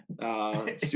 Super